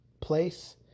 place